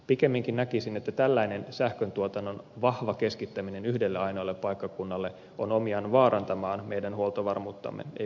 pikemminkin näkisin että tällainen sähköntuotannon vahva keskittäminen yhdelle ainoalle paikkakunnalle on omiaan vaarantamaan meidän huoltovarmuuttamme ei parantamaan sitä